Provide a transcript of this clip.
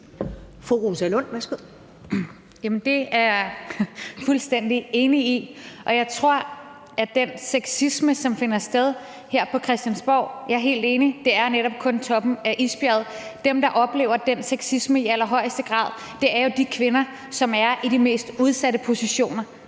Rosa Lund (EL): Jamen det er jeg fuldstændig enig i. Og jeg tror, at den sexisme, der finder sted her på Christiansborg, kun er toppen af isbjerget – jeg er helt enig. Dem, der oplever den sexisme i allerhøjeste grad, er de kvinder, som er i de mest udsatte positioner.